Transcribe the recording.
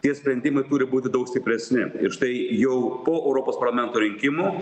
tie sprendimai turi būti daug stipresni ir štai jau po europos parlamento rinkimų